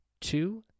Two